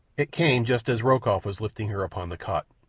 it came just as rokoff was lifting her upon the cot.